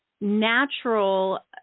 natural